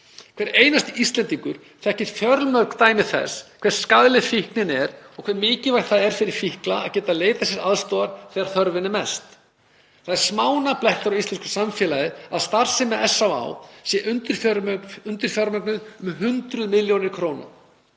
Hver einasti Íslendingur þekkir fjölmörg dæmi þess hve skaðleg fíkn er og hve mikilvægt það er fyrir fíkla að geta leitað sér aðstoðar þegar þörfin er mest. Það er smánarblettur á íslensku samfélagi að starfsemi SÁÁ sé undirfjármögnuð um hundruð milljóna króna.